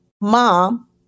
mom